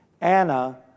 Anna